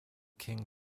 king